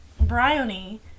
Briony